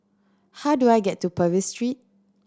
how do I get to Purvis Street